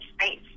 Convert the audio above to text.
space